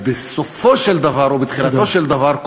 שבסופו של דבר ובתחילתו של דבר תודה.